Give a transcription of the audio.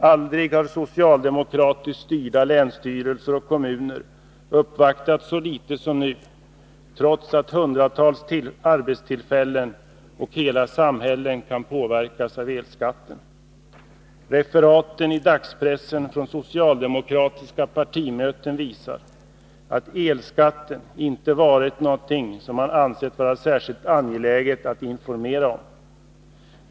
Aldrig har socialdemokratiskt styrda länsstyrelser och kommuner uppvaktat så litet som nu, trots att hundratals arbetstillfällen och hela samhällen kan påverkas av elskatten. Referaten i dagspressen från socialdemokratiska partimöten visar att elskatten inte varit något som man ansett vara särskilt angeläget att informera om.